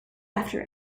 after